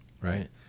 right